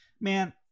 man